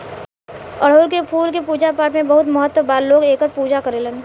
अढ़ऊल के फूल के पूजा पाठपाठ में बहुत महत्व बा लोग एकर पूजा करेलेन